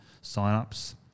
sign-ups